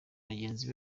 bagenzi